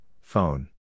Phone